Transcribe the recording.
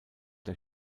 der